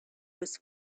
was